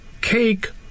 cake